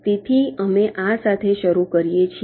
તેથી અમે આ સાથે શરૂ કરીએ છીએ